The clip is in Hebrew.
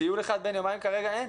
כרגע אין,